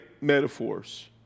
metaphors